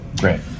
Great